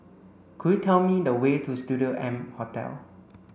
could you tell me the way to Studio M Hotel